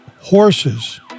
horses